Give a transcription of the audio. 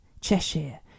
Cheshire